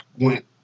went